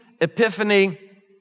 Epiphany